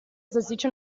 salsiccia